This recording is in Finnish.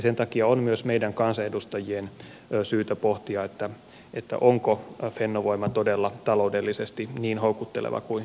sen takia on myös meidän kansanedustajien syytä pohtia onko fennovoima todella taloudellisesti niin houkutteleva kuin väitetään